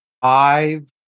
Five